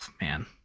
man